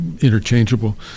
interchangeable